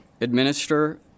administer